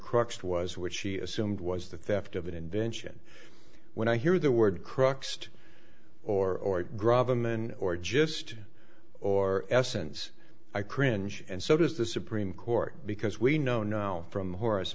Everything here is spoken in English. crux was which she assumed was the theft of an invention when i hear the word crux or grab them and or just or essence i cringe and so does the supreme court because we know now from hor